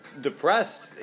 depressed